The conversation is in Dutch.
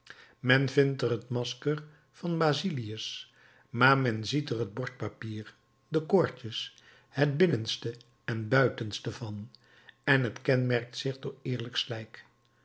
men vindt er het masker van basilius maar men ziet er het bordpapier de koordjes het binnenste en buitenste van en het kenmerkt zich door eerlijk slijk